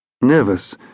Nervous